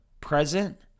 present